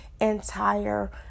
entire